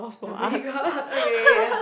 dhoby Ghaut oh ya ya